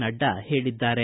ನಡ್ಡಾ ಹೇಳಿದ್ದಾರೆ